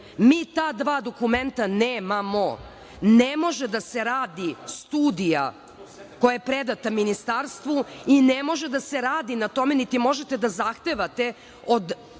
Mi ta dva dokumenta nemamo. Ne može da se radi studija koja je predata ministarstvu i ne može da se radi na tome, niti možete da zahtevate od